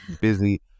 busy